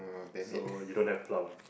so you don't have plum